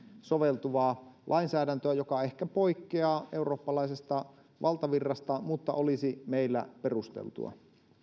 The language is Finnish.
soveltuvaa lainsäädäntöä joka ehkä poikkeaa eurooppalaisesta valtavirrasta mutta olisi meillä perusteltua